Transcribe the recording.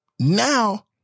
Now